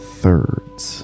thirds